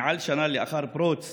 יותר משנה לאחר פרוץ